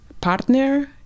partner